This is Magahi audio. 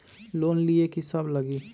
लोन लिए की सब लगी?